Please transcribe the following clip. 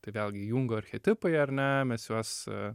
tai vėlgi jungo archetipai ar ne mes juos